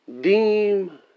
Deem